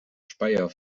speyer